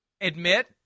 admit